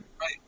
Right